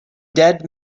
dead